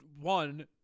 one